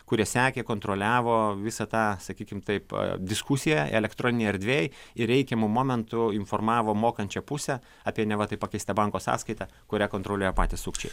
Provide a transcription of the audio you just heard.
kurie sekė kontroliavo visą tą sakykim taip diskusiją elektroninėj erdvėj ir reikiamu momentu informavo mokančią pusę apie neva tai pakeistą banko sąskaitą kurią kontroliuoja patys sukčiai